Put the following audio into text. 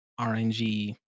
RNG